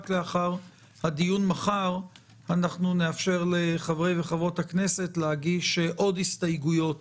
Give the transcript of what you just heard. רק לאחר הדיון מחר נאפשר לחברי וחברות הכנסת להגיש עוד הסתייגויות